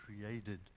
created